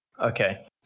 Okay